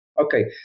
Okay